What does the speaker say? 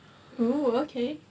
oh okay